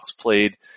played